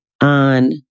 on